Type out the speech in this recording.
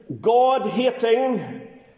God-hating